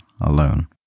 alone